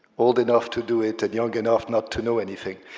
old enough to do it and young enough not to know anything.